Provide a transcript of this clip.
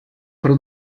per